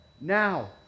Now